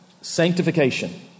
Sanctification